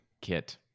kit